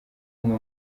umwe